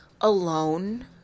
alone